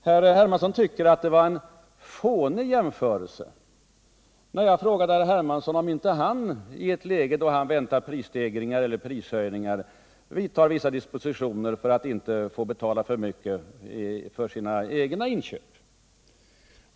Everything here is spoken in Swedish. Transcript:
Herr Hermansson tyckte att det var en ”fånig” jämförelse, när jag frågade herr Hermansson om inte han i ett läge då han väntar prishöjningar vidtar vissa dispositioner för att inte få betala alltför mycket för sina egna inköp.